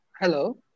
hello